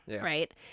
right